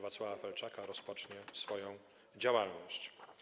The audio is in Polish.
Wacława Felczaka rozpocznie swoją działalność.